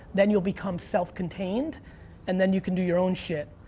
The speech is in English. then you'll become self contained and then you can do your own shit.